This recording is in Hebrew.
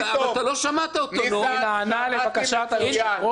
נענה לבקשת היושב-ראש.